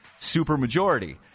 supermajority